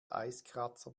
eiskratzer